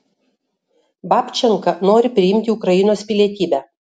babčenka nori priimti ukrainos pilietybę